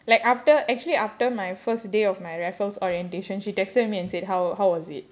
like after actually after my first day of my raffles orientation she texted me and said how how was it